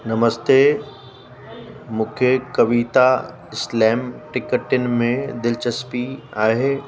नमस्ते मूंखे कविता स्लैम टिकटनि में दिलचस्पी आहे